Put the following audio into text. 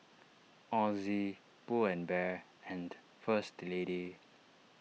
Ozi Pull and Bear and First Lady